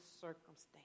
circumstance